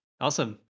awesome